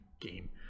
game